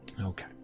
Okay